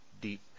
deep